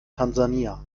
tansania